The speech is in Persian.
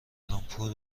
لامپور